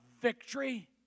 victory